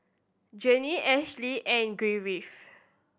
Genie Ashli and Griffin